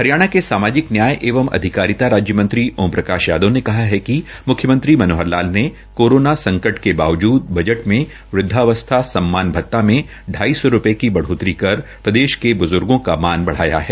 हरियाणा के सामाजिक न्याय एवं अधिकारिता राज्यमंत्री ओम प्रकाश यादव ने कहा है कि मुख्यमंत्री मनोहर लाल ने कोरोना संकट के बावजूद बजट में वृद्धावस्था सम्मान भत्ता में ाई रूपये की ब ोतरी कर प्रदेश के ब्जुर्गों का मान सम्मान ब ाया है